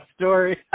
story